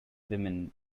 women